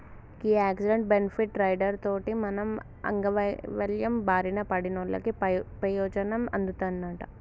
గీ accident, benefit rider తోటి మనం అంగవైవల్యం బారిన పడినోళ్ళకు పెయోజనం అందుతదంట